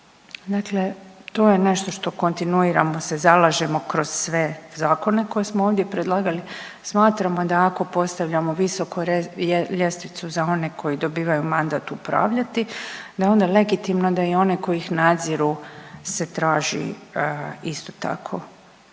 dakle to je nešto što kontinuirano se zalažemo kroz sve zakone koje smo ovdje predlagali, smatramo da ako postavljamo visoko ljestvicu za one koji dobivaju mandat upravljati, da onda legitimno da i one koji ih nadziru se traži isto tako